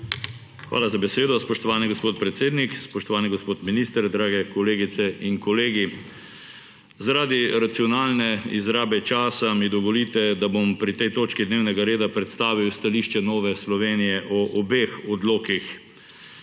Hvala za besedo, spoštovani gospod predsednik. Spoštovani gospod minister, drage kolegice in kolegi! Zaradi racionalne izrabe časa mi dovolite, da bom pri tej točki dnevnega reda predstavil stališče Nove Slovenije o obeh odlokih.